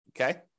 Okay